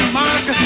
mark